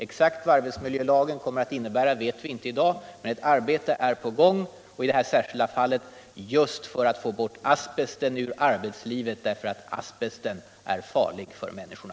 Exakt vad arbetsmiljölagen kommer att innebära vet vi inte i dag. Men arbetet är i gång, i detta särskilda fall just för att få bort asbesten ur arbetslivet, därför att den är farlig för människorna.